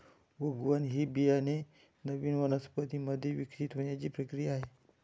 उगवण ही बियाणे नवीन वनस्पतीं मध्ये विकसित होण्याची प्रक्रिया आहे